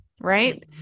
right